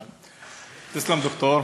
תיסלם, דוקטור.